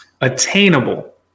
attainable